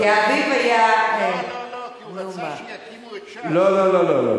כי אביו היה, לא, לא, לא.